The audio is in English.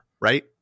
right